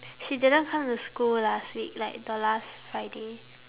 she didn't come to school last week like the last friday